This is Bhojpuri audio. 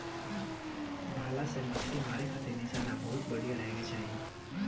भला से मछली मारे खातिर निशाना बहुते बढ़िया रहे के चाही